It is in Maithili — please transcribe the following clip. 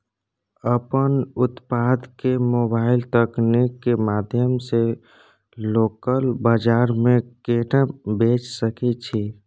अपन उत्पाद के मोबाइल तकनीक के माध्यम से लोकल बाजार में केना बेच सकै छी?